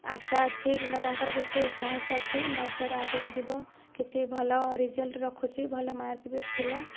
ଆଶା ଅଛି କିମ୍ବା ତାଙ୍କର କିଛି ସାହସ ଅଛି ମୋ ଝିଅଟା ଆଗକୁ ଯିବ କିଛି ଭଲ ରେଜଲ୍ଟ ରଖୁଛି ଭଲ ମାର୍କ ବି ଥିଲା